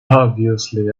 obviously